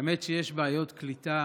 האמת היא שיש בעיות קליטה